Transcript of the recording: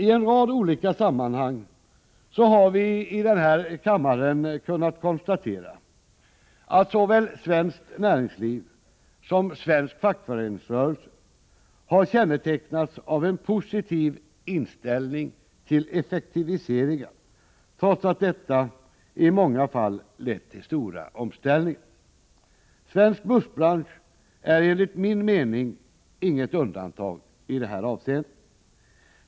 I en rad olika sammanhang har vi i den här kammaren kunnat konstatera att såväl svenskt näringsliv som svensk fackföreningsrörelse har kännetecknats av en positiv inställning till effektiviseringar, trots att detta i många fall lett till stora omställningar. Svensk bussbransch är enligt min mening inget undantag i det här avseendet.